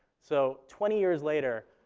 so twenty years later,